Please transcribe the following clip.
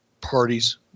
parties